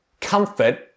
Comfort